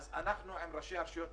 אנחנו גם יזמנו את הדיון הזה,